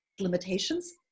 limitations